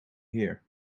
here